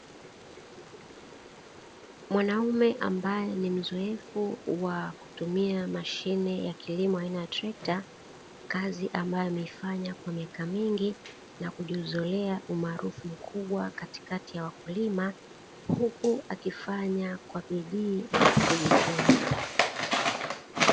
Mwanaume ambaye ni mzoefu wa kutumia mashine ya kilimo aina trekta, kazi ambayo amefanya kwa miaka mingi na kujizolea umaarufu mkubwa katikati ya wakulima, huku akifanya kwa bidii na kujituma.